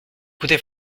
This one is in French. écouté